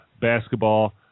basketball